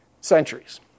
centuries